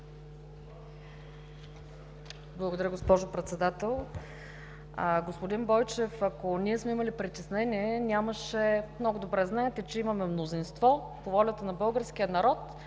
Благодаря, госпожо Председател. Господин Бойчев, ако ние сме имали притеснение нямаше, много добре знаете, че имаме мнозинство, по волята на българския народ